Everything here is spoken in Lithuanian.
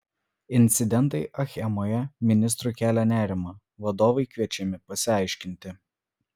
incidentai achemoje ministrui kelia nerimą vadovai kviečiami pasiaiškinti